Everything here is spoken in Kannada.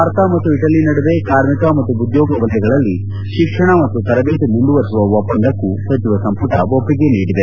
ಭಾರತ ಮತ್ತು ಇಟಲಿ ನಡುವೆ ಕಾರ್ಮಿಕ ಮತ್ತು ಉದ್ಲೋಗ ವಲಯಗಳಲ್ಲಿ ಶಿಕ್ಷಣ ಮತ್ತು ತರಬೇತಿ ಮುಂದುವರೆಸುವ ಒಪ್ಪಂದಕ್ಕೂ ಸಚಿವ ಸಂಪುಟ ಒಪ್ಪಿಗೆ ನೀಡಿದೆ